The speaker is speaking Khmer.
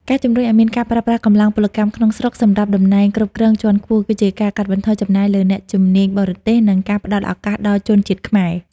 ការជំរុញឱ្យមានការប្រើប្រាស់កម្លាំងពលកម្មក្នុងស្រុកសម្រាប់តំណែងគ្រប់គ្រងជាន់ខ្ពស់ គឺជាការកាត់បន្ថយចំណាយលើអ្នកជំនាញបរទេស និងការផ្ដល់ឱកាសដល់ជនជាតិខ្មែរ។